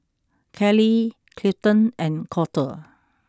Kalie Clifton and Colter